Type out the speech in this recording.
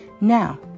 Now